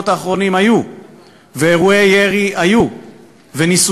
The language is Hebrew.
עובר לאירועי ירי, ולאן זה